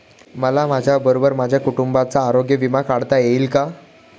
मला माझ्याबरोबर माझ्या कुटुंबाचा आरोग्य विमा काढता येईल का?